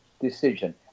decision